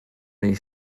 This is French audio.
mes